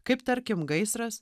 kaip tarkim gaisras